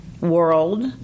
world